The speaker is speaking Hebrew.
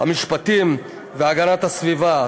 המשפטים והגנת הסביבה,